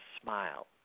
smile